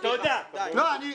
אדוני.